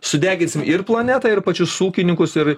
sudeginsim ir planetą ir pačius ūkininkus ir